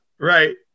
Right